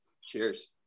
Cheers